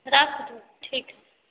राखू ठीक हय